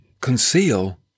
conceal